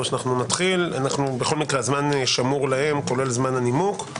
הזמן שמור להם כולל זמן נימוק.